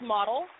Model